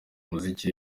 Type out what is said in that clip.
umuziki